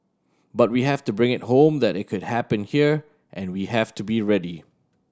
but we have to bring it home that it could happen here and we have to be ready